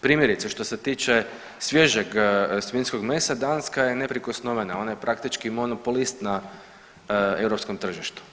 Primjerice, što se tiče svježeg svinjskog mesa Danska je neprikosnovena ona je praktički monopolist na europskom tržištu.